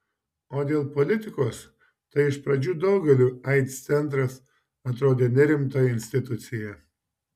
o dėl politikos tai iš pradžių daugeliui aids centras atrodė nerimta institucija